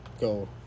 Go